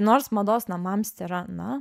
nors mados namams tėra na